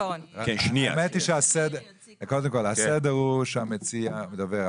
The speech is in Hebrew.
האמת היא שהסדר הוא שהמציע מדבר,